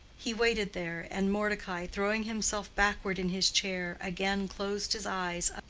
he waited there, and mordecai, throwing himself backward in his chair, again closed his eyes,